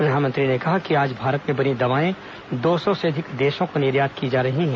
प्रधानमंत्री ने कहा कि आज भारत में बनी दवाएं दो सौ से अधिक देशों को निर्यात की जा रही हैं